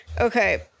Okay